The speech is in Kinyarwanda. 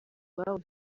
iwabo